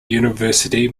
university